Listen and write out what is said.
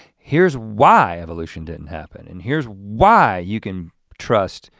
here's why evolution didn't happen and here's why you can trust,